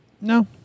No